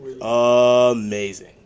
Amazing